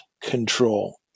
control